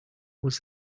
was